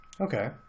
Okay